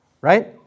right